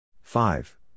Five